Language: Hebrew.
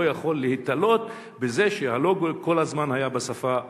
אתה לא יכול להיתלות בזה שהלוגו כל הזמן היה בשפה העברית.